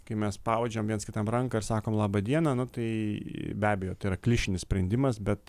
kai mes spaudžiam viens kitam ranką ir sakom laba diena nu tai be abejo tai yra klišinis sprendimas bet